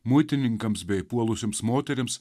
muitininkams bei puolusioms moterims